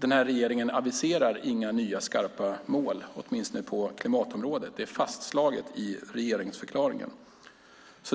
Regeringen aviserar inga nya skarpa mål, åtminstone inte på klimatpolitikens område. Det är fastslaget i regeringsförklaringen.